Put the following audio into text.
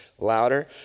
louder